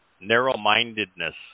narrow-mindedness